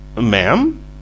Ma'am